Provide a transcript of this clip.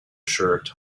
shirt